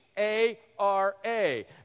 A-R-A